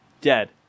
dead